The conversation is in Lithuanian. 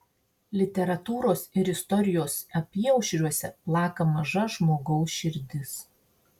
literatūros ir istorijos apyaušriuose plaka maža žmogaus širdis